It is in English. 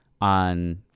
on